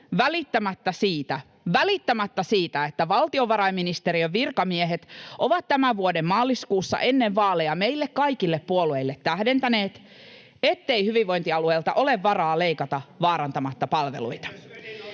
välittämättä siitä — että valtiovarainministeriön virkamiehet ovat tämän vuoden maaliskuussa ennen vaaleja meille puolueille tähdentäneet, ettei hyvinvointialueilta ole varaa leikata vaarantamatta palveluita.